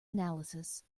analysis